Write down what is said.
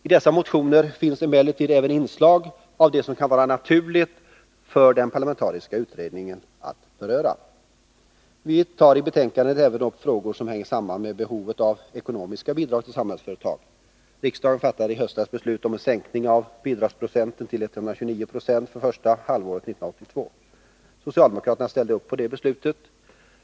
I dessa motioner finns emellertid även inslag som det kan vara naturligt för den parlamentariska utredningen att beröra. Vi tar i betänkandet även upp frågor som hänger samman med behovet av ekonomiska bidrag till Samhällsföretag. Riksdagen fattade i höstas beslut om en sänkning av bidragsprocenten till 129 90 för första halvåret 1982. Socialdemokraterna ställde upp på det beslutet.